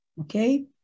okay